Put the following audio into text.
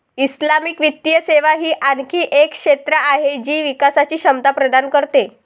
Islamic वित्तीय सेवा ही आणखी एक क्षेत्र आहे जी विकासची क्षमता प्रदान करते